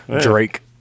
Drake